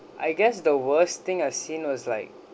I guess the worst thing I've seen was like